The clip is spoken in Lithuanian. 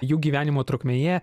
jų gyvenimo trukmėje